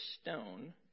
stone